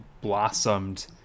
blossomed